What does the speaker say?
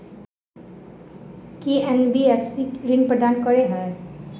की NBFC ऋण प्रदान करे है?